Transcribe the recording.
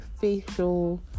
facial